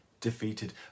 defeated